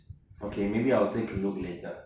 okay maybe I'll take a look later